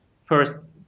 first